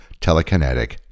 telekinetic